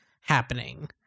happening